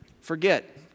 forget